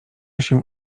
się